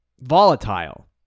volatile